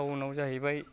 टाउनाव जाहैबाय